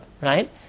right